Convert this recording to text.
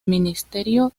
ministerio